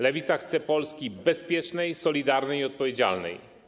Lewica chce Polski bezpiecznej, solidarnej i odpowiedzialnej.